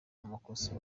amakosa